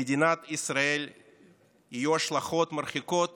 למדינת ישראל יהיו השלכות מרחיקות